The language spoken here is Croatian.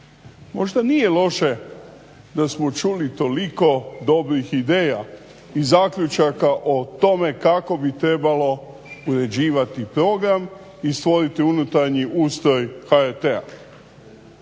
Možda nije loše da smo čuli toliko dobrih ideja i zaključaka o tome kako bi trebalo uređivati program i stvoriti unutarnji ustroj HRT-a,